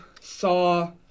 saw